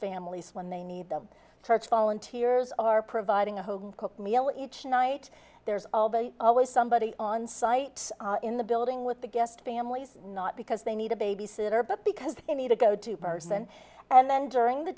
families when they need the church volunteers are providing a home cooked meal each night there's always somebody on site in the building with the guest families not because they need a babysitter but because they need to go to person and then during the